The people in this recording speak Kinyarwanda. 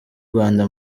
rwanda